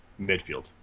Midfield